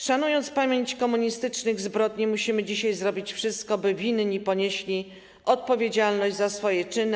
Szanując pamięć komunistycznych zbrodni, musimy dzisiaj zrobić wszystko, by winni ponieśli odpowiedzialność za swoje czyny.